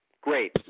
great